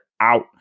out